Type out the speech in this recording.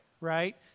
Right